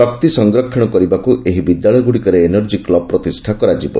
ଶକ୍ତି ସଂରକ୍ଷଣ କରିବାକୁ ଏହି ବିଦ୍ୟାଳୟ ଗୁଡ଼ିକରେ ଏନର୍କି କୁବ ପ୍ରତିଷ୍ଠା କରାଯିବ